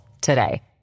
today